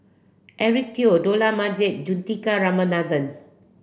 Eric Teo Dollah Majid Juthika Ramanathan